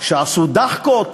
שעשו דחקות